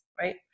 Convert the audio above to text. right